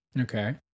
Okay